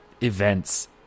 events